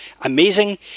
amazing